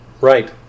right